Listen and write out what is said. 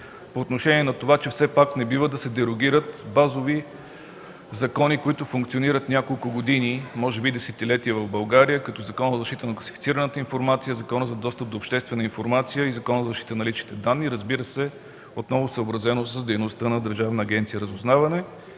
по отношение на това, че все пак не бива да се дерогират базови закони, функциониращи няколко години, може би десетилетия, в България, като Закона за защита на класифицираната информация, Закона за достъп до обществена информация и Закона за защита на личните данни, разбира се, отново съобразено с дейността на Държавна агенция „Разузнаване”.